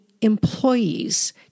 employees